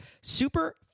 Super